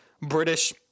British